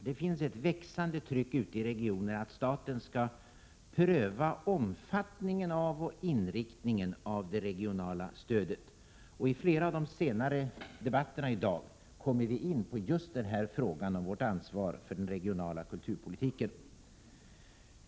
Det finns ett växande tryck ute i regionerna på att staten skall pröva omfattningen av och inriktningen på det regionala stödet, och i flera av de senare debatterna i dag kommer vi in på just frågan om vårt ansvar för den regionala kulturpolitiken.